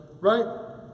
Right